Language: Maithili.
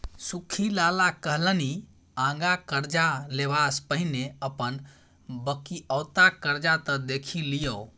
सुख्खी लाला कहलनि आँगा करजा लेबासँ पहिने अपन बकिऔता करजा त देखि लियौ